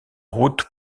route